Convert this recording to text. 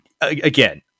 again